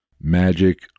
magic